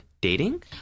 dating